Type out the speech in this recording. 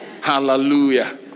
Hallelujah